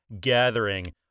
Gathering